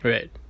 Right